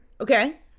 Okay